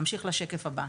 נמשיך לשקף הבא.